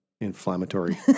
inflammatory